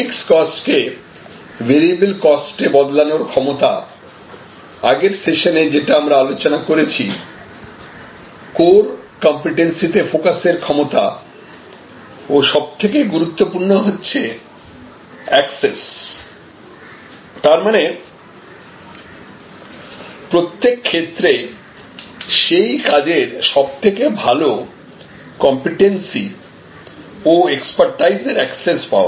fixed কস্টকে variable কস্টে বদলানোর ক্ষমতা আগের সেশনে যেটা আমরা আলোচনা করেছি কোর কম্পিটেন্সিতে ফোকাসের ক্ষমতা ও সবথেকে গুরুত্বপূর্ণ হচ্ছে অ্যাকসেস তারমানে প্রত্যেক ক্ষেত্রে সেই কাজের সবথেকে ভালো কম্পিটেন্সি ও এক্সপারটিস এর অ্যাকসেস পাওয়া